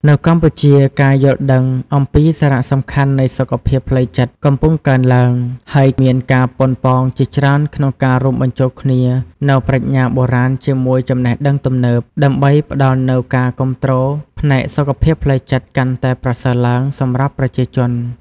នៅកម្ពុជា ការយល់ដឹងអំពីសារៈសំខាន់នៃសុខភាពផ្លូវចិត្តកំពុងកើនឡើង ហើយមានការប៉ុនប៉ងជាច្រើនក្នុងការរួមបញ្ចូលគ្នានូវប្រាជ្ញាបុរាណជាមួយចំណេះដឹងទំនើប ដើម្បីផ្តល់នូវការគាំទ្រផ្នែកសុខភាពផ្លូវចិត្តកាន់តែប្រសើរឡើងសម្រាប់ប្រជាជន។